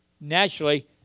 Naturally